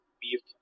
beef